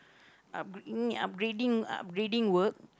upgrading upgrading uprgrading work